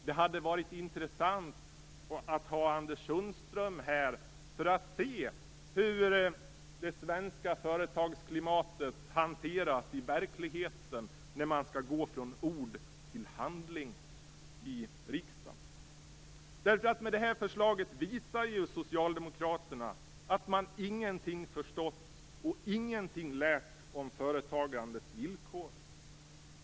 Det hade varit intressant att ha Anders Sundström här för att se hur det svenska företagsklimatet hanteras i verkligheten, när man skall gå från ord till handling i riksdagen. Med det här förslaget visar ju socialdemokraterna att man ingenting förstått och ingenting lärt om företagandets villkor.